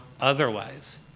otherwise